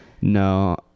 No